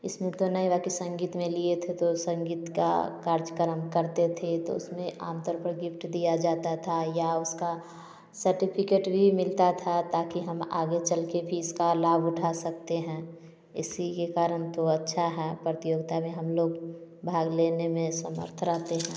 इसमें तो नहीं हो कि संगीत में लिए थे तो संगीत का कार्यक्रम करते थे तो इसमें आमतौर पर गिफ्ट दिया जाता था या उसका सर्टिफिकेट भी मिलता था ताकि हम आगे चल के भी इसका लाभ उठा सकते हैं इसी के कारण तो अच्छा है प्रतियोगिता में हम लोग भाग लेने में समर्थ रहते हैं